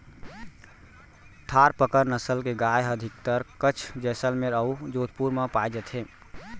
थारपकर नसल के गाय ह अधिकतर कच्छ, जैसलमेर अउ जोधपुर म पाए जाथे